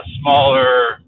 smaller